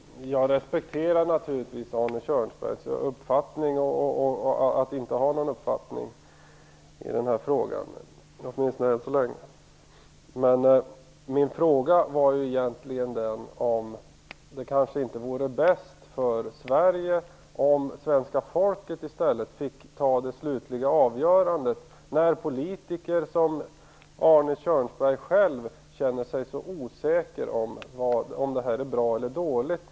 Herr talman! Jag respekterar naturligtvis Arne Kjörnsberg uppfattning - att han, åtminstone ännu så länge, inte har någon uppfattning i denna fråga. Men min fråga var ju egentligen om det kanske inte vore bäst för Sverige om det svenska folket fick ta det slutliga avgörandet när politiker, som Arne Kjörnsberg själv, känner sig så osäkra på om det här är bra eller dåligt.